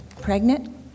pregnant